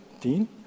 Dean